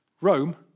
Rome